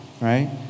right